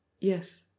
Yes